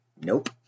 Nope